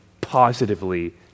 positively